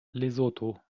lesotho